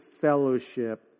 fellowship